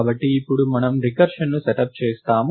కాబట్టి ఇప్పుడు మనము రికర్షన్ను సెటప్ చేస్తాము